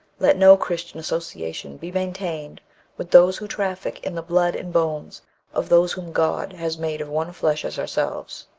let no christian association be maintained with those who traffic in the blood and bones of those whom god has made of one flesh as yourselves.